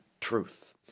truth